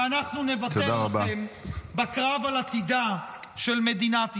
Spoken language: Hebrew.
שאנחנו נוותר לכם בקרב על עתידה של מדינת ישראל.